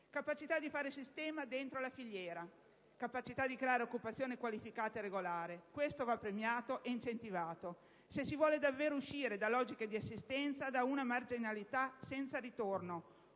capacità di fare sistema dentro la filiera, capacità di creare occupazione qualificata e regolare: questo va premiato ed incentivato. Se si vuole davvero uscire da logiche di assistenza, da una marginalità senza ritorno,